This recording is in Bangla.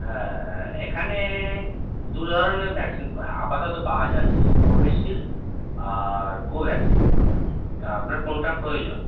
হ্যাঁ এখানে দু ধরনের ভ্যাক্সিন আপাতত পাওয়া যাচ্ছে কোভিডশিল্ড আর কোভ্যাক্সিন তা আপনার কোনটা প্রয়োজন